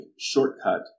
shortcut